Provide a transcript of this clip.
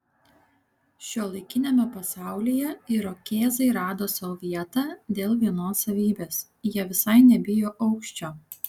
šiuolaikiniame pasaulyje irokėzai rado sau vietą dėl vienos savybės jie visai nebijo aukščio